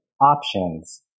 options